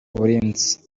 uburinzi